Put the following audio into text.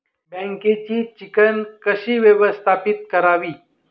बँकेची चिकण कशी व्यवस्थापित करावी?